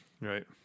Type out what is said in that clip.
right